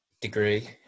degree